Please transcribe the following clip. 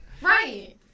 Right